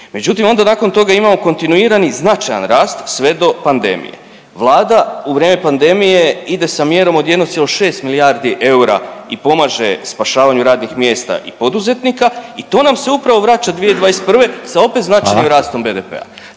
međutim onda nakon toga imamo kontinuiran i značajan rast sve do pandemije. Vlada u vrijeme pandemije ide sa mjerom od 1,6 milijardi eura i pomaže spašavanju radnih mjesta i poduzetnika i to nam se upravo vraća 2021. sa opet značajnim rastom BDP-a.